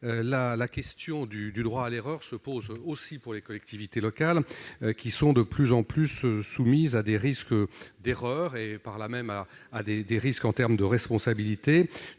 la question du droit à l'erreur se pose aussi pour les collectivités locales, qui sont de plus en plus soumises à des risques d'erreur et, par là même, à des risques en termes de responsabilité,